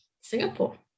Singapore